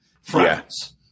France